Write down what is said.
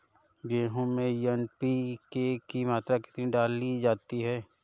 गेहूँ में एन.पी.के की मात्रा कितनी डाली जाती है?